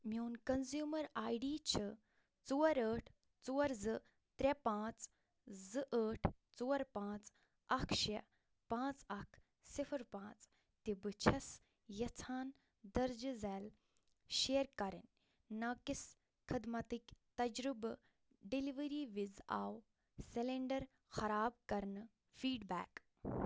میون consumer I D چھِ ژور ٲٹھ ژور زٕ ترے پانٛژھ زٕ ٲٹھ ژور پاںٛژھ اکھ شےٚ پانٛژھ اکھ صِفر پانٛژھ تہِ بہٕ چھس یژھان درج ذیل شیر کرٕنۍ ناقص خدمتٕکۍ تجربہٕ ڈیلوری وِز آو سلینڈر خراب کرنہٕ فیڈ بیک